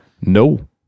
No